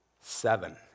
Seven